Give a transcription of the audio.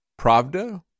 Pravda